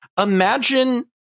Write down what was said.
imagine